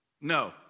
No